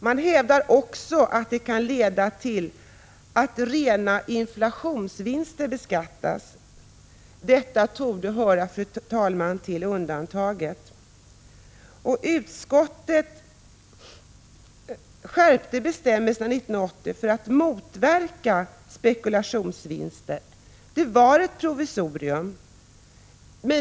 Man hävdar också att det kan leda till att rena inflationsvinster beskattas. Detta torde, fru talman, höra till undantagen. Utskottet skärpte bestämmelserna 1980 för att motverka spekulationsvinster. Det var ett provisorium.